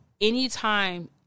Anytime